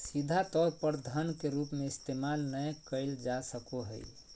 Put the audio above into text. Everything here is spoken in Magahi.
सीधा तौर पर धन के रूप में इस्तेमाल नय कइल जा सको हइ